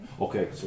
Okay